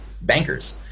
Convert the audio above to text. bankers